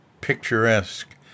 picturesque